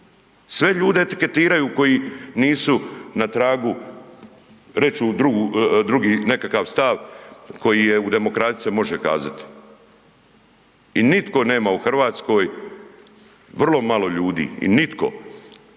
Sve ljude etiketiraju koji nisu na tragu reći drugi nekakav stav koji u demokraciji se može kazati. I nitko nema u Hrvatskoj, vrlo malo ljudi, i nitko